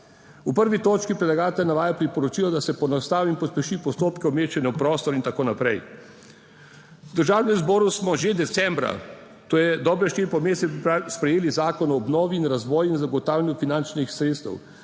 V 1. točki predlagatelj navaja priporočilo, da se poenostavi in pospeši postopke umeščanja v prostor in tako naprej. V Državnem zboru smo že decembra, to je dobre štiri mesece, sprejeli Zakon o obnovi in razvoju in zagotavljanju finančnih sredstev.